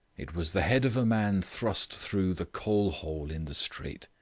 it was the head of a man thrust through the coal-hole in the street.